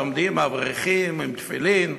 עומדים אברכים עם תפילין,